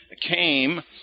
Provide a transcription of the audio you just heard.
came